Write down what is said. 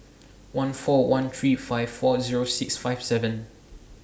one four one three five four Zero six five seven